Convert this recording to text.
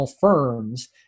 firms